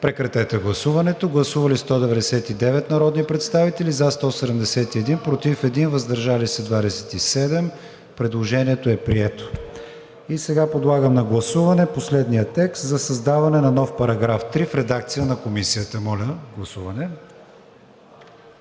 параграфи 1, 2 и 3. Гласували 199 народни представители: за 171, против 1, въздържали се 27. Предложението е прието. Подлагам на гласуване последния текст за създаване на нов § 3 в редакция на Комисията. Гласували